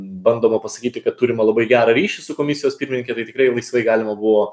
bandoma pasakyti kad turime labai gerą ryšį su komisijos pirmininke tai tikrai laisvai galima buvo